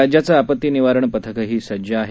राज्याचं आपती निवारण पथकही सज्ज आहे